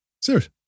Serious